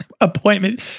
Appointment